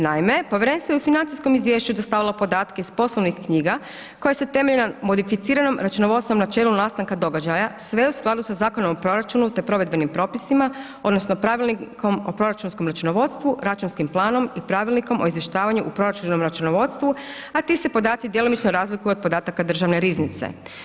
Naime, povjerenstvo je u financijskom izvješću dostavilo podatke iz poslovnih knjiga koje se temelji na modificiranom računovodstvenom načelu nastanka događaja, sve u skladu sa Zakonom o proračunu te provedbenim propisima odnosno Pravilnikom o proračunskom računovodstvu, Računskim planom i Pravilnikom o izvještavanju u proračunskom računovodstvu, a ti se podaci djelomično razlikuju od podataka Državne riznice.